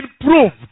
proved